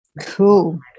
cool